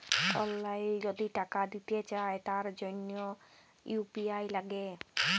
অললাইল যদি টাকা দিতে চায় তার জনহ ইউ.পি.আই লাগে